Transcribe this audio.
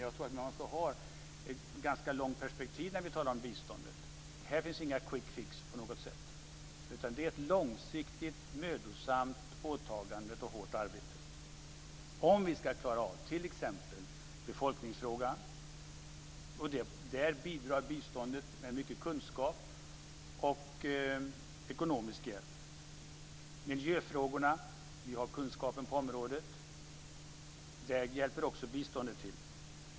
Man måste ha ett långt perspektiv när man talar om biståndet. Här finns inget quick fix. Det är ett långsiktigt, mödosamt åtagande och hårt arbete om vi t.ex. ska klara av befolkningsfrågan. Där bidrar biståndet med mycket kunskap och ekonomisk hjälp. Det gäller även miljöfrågorna. Vi har kunskapen på området. Där hjälper också biståndet till.